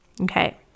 okay